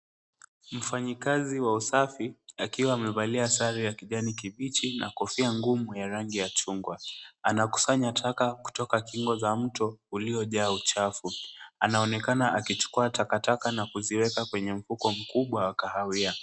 Mfanyikazi wa usafi akiwa amevalia sare ya kibichi na kofia ngumu ya rangi ya chungwa. Anakusanya taka kutoka kingo za mto uliojaa uchafu. Anaonekana kuchukua takataka na kuziwekwa kwenye mfuko mkubwa wa kahawia.